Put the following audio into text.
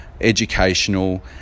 educational